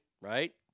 Right